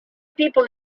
people